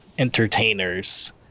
entertainers